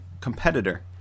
competitor